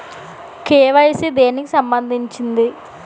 KYC దేనికి సంబందించింది?